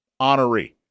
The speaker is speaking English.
honoree